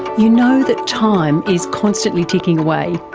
you know that time is constantly ticking away.